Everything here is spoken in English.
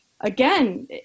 again